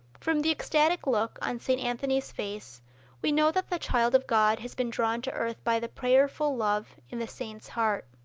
from the ecstatic look on st. anthony's face we know that the child of god has been drawn to earth by the prayerful love in the saint's heart.